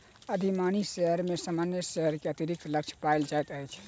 अधिमानी शेयर में सामान्य शेयर के अतिरिक्त लक्षण पायल जाइत अछि